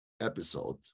episode